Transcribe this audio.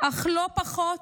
אך לא פחות,